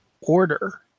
order